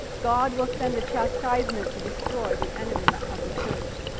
god will send a chastisement to destroy the enemies of the church.